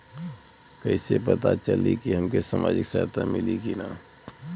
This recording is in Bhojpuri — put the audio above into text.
कइसे से पता चली की हमके सामाजिक सहायता मिली की ना?